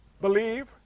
believe